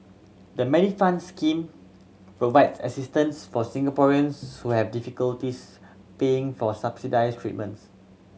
the Medifund scheme provides assistance for Singaporeans who have difficulties paying for subsidized treatments